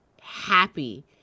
happy